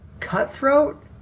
cutthroat